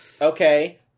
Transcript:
Okay